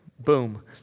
boom